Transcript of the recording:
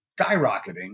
skyrocketing